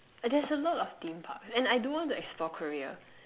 there's a lot of theme parks and I do want to explore Korea